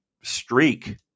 streak